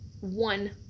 one